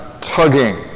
tugging